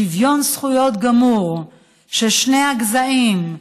שוויון זכויות גמור של שני הגזעים,